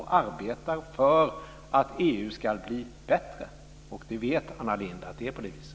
De arbetar för att EU ska bli bättre, och Anna Lindh vet att det är på det viset.